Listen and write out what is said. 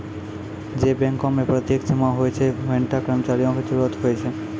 जै बैंको मे प्रत्यक्ष जमा होय छै वैंठा कर्मचारियो के जरुरत होय छै